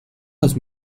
los